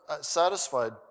satisfied